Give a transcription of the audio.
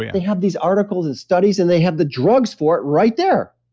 yeah they have these articles and studies and they have the drugs for it right there.